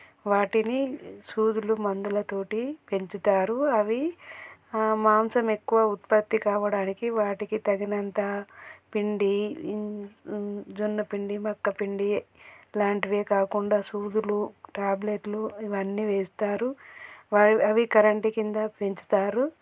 వాటిని సూదులు మందులుతోటి పెంచుతారు అవి మాంసం ఎక్కువ ఉత్పత్తి కావడానికి వాటికి తగినంత పిండి జొన్న పిండి మక్క పిండి లాంటివే కాకుండా సూదులు ట్యాబ్లేట్లు ఇవన్నీ వేస్తారు అవి కరెంటు కింద పెంచుతారు